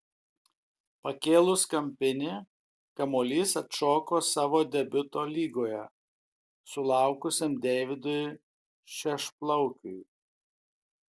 pakėlus kampinį kamuolys atšoko savo debiuto lygoje sulaukusiam deividui šešplaukiui